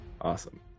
Awesome